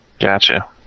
Gotcha